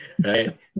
Right